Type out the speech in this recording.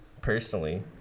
personally